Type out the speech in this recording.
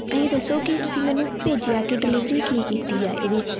ਇਹ ਦੱਸੋ ਕਿ ਤੁਸੀਂ ਮੈਨੂੰ ਭੇਜਿਆ ਕੀ ਡਿਲੀਵਰੀ ਕੀ ਕੀਤੀ ਹੈ ਇਹਦੀ